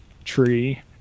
tree